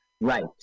Right